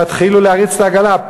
תתחילו להריץ את העגלה.